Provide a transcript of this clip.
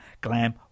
glam